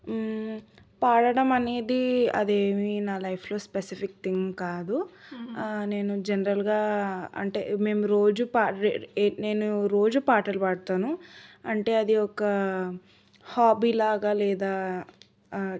పాడడం అనేది అదేమి నా లైఫ్లో స్పెసిఫిక్ థింగ్ కాదు నేను జనరల్గా అంటే మేము రోజు నేను రోజు పాటలు పాడతాను అంటే అది ఒక హాబీ లాగా లేదా